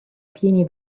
pieni